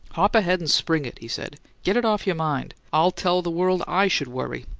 hop ahead and spring it, he said. get it off your mind i'll tell the world i should worry!